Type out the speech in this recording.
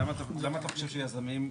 למה אתה חושב שיזמים,